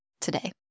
today